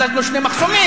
הזזנו שני מחסומים?